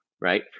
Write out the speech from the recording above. right